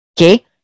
okay